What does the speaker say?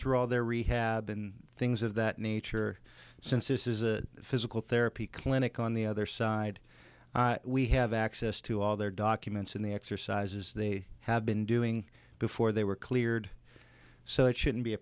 through all their rehab and things of that nature since this is a physical therapy clinic on the other side we have access to all their documents in the exercises they have been doing before they were cleared so it shouldn't be a